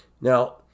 Now